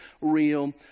real